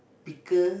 picker